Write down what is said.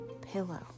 pillow